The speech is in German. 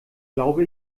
glaube